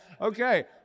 Okay